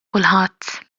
kulħadd